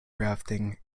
rafting